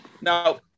Now